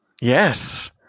Yes